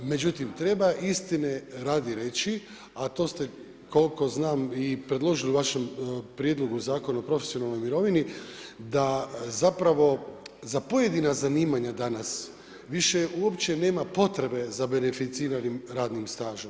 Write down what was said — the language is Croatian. Međutim, treba istine radi reći, a to ste koliko znam i predložili u vašem prijedlogu Zakona o profesionalnoj mirovini da zapravo za pojedina zanimanja danas, više uopće nema potrebe za beneficiranim radnim stažom.